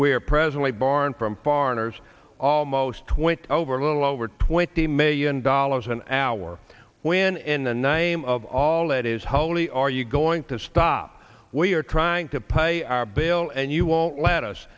where presently barn from foreigners almost went over a little over twenty million dollars an hour when in the name of all that is holy are you going to stop we are trying to pay our bill and you won't let us